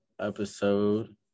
episode